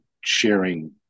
sharing